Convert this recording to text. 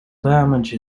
damage